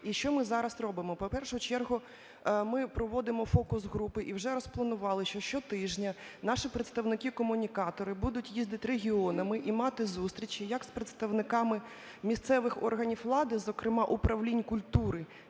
І що ми зараз робимо? В першу чергу, ми проводимо фокус-групи, і вже розпланували, що щотижня наші представники-комунікатори будуть їздити регіонами і мати зустрічі як з представниками місцевих органів влади, зокрема управлінь культури,